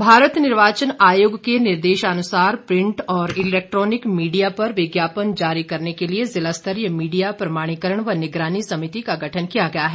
भारत निर्वाचन आयोग के निर्देशानुसार प्रिंट और इलेक्ट्रॉनिक मीडिया पर विज्ञापन जारी करने के लिए जिला स्तरीय मीडिया प्रमाणीकरण व निगरानी समिति का गठन किया गया है